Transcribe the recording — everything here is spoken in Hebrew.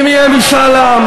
אם יהיה משאל עם